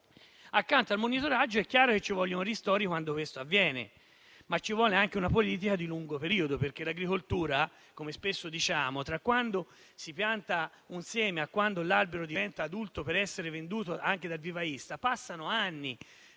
Accanto al monitoraggio è chiaro che ci vogliono ristori quando questo avviene. Ma ci vuole anche una politica di lungo periodo, perché in agricoltura - come spesso diciamo - tra quando si pianta un insieme a quando l'albero diventa adulto e può essere venduto dal vivaista, non passano mesi